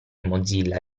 mozilla